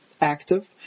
active